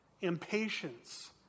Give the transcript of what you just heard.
impatience